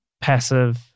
passive